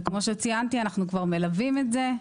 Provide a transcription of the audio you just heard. וכמו שציינתי, אנחנו כבר מלווים את זה.